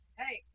hey